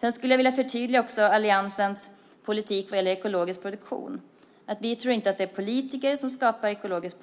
Jag skulle vilja förtydliga Alliansens politik för ekologisk produktion: Vi tror inte att det är politiker som skapar ekologisk